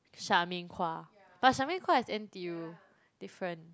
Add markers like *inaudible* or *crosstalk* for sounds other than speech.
*unintelligible*